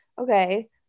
okay